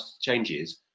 changes